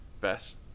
best